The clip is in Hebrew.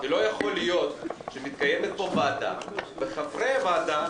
לא יכול להיות שמתקיימת פה ועדה וחברי הוועדה